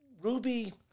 Ruby